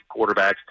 quarterbacks